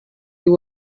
you